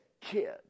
kid